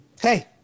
hey